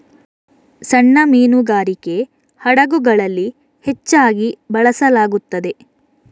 ಸಣ್ಣ ಮೀನುಗಾರಿಕೆ ಹಡಗುಗಳಲ್ಲಿ ಹೆಚ್ಚಾಗಿ ಬಳಸಲಾಗುತ್ತದೆ